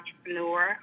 entrepreneur